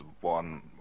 one